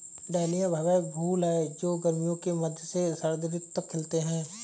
dahlia भव्य फूल हैं जो गर्मियों के मध्य से शरद ऋतु तक खिलते हैं